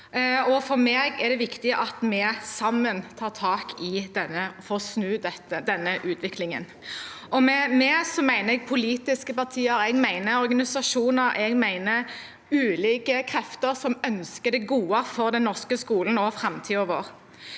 For meg er det viktig at vi sammen tar tak for å snu denne utviklingen. Og med «vi» mener jeg politiske partier, og jeg mener organisasjoner og ulike krefter som ønsker det gode for den norske skolen og framtiden vår.